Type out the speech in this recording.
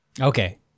Okay